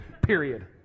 period